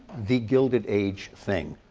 the gilded age thing.